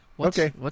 Okay